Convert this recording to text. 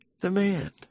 demand